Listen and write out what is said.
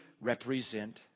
represent